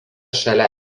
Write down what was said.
šalia